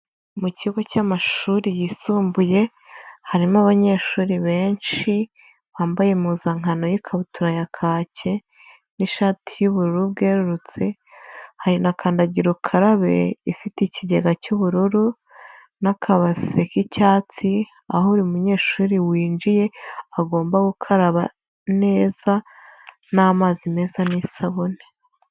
Mu kigo cy'amashuri yisumbuye harimo abanyeshuri benshi bambaye impuzankano y'ikabutura ya kake n'ishati y'ubururu bwerurutse, hari nakandagira ukararabe, ifite ikigega cy'ubururu n'akabase k'icyatsi aho buri munyeshuri winjiye agomba gukaraba neza n'amazi meza n'isabune.